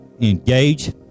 Engage